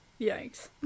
Yikes